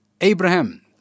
Abraham